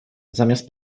zamiast